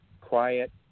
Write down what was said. quiet